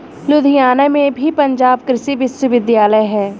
लुधियाना में भी पंजाब कृषि विश्वविद्यालय है